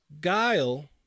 Guile